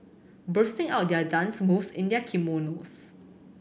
busting out their dance moves in their kimonos